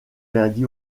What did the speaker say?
lundi